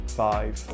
five